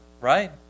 right